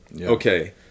okay